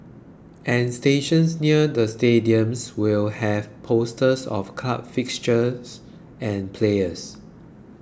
and stations near the stadiums will have posters of club fixtures and players